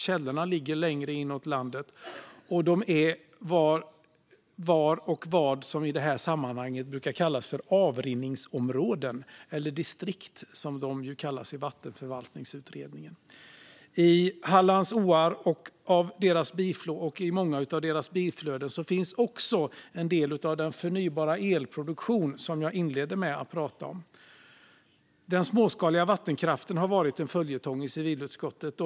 Källorna ligger längre inåt landet, och de är vad som i det här sammanhanget brukar kallas avrinningsområden - eller distrikt, som de kallas i vattenförvaltningsutredningen. I Hallands åar och många av deras biflöden finns också en del av den förnybara elproduktion som jag inledde med att prata om. Den småskaliga vattenkraften har varit en följetong i civilutskottet.